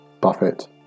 Buffett